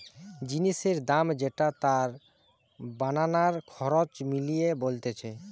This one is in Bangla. জিনিসের দাম যেটা তার বানাবার খরচ মিলিয়ে বলতিছে